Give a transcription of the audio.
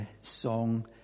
song